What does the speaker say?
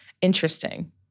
Interesting